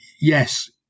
yes